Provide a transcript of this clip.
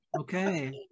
Okay